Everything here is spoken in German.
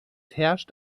herrscht